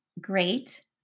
Great